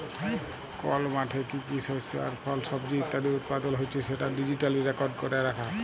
call মাঠে কি কি শস্য আর ফল, সবজি ইত্যাদি উৎপাদল হচ্যে সেটা ডিজিটালি রেকর্ড ক্যরা রাখা